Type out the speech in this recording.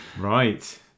Right